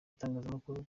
itangazamakuru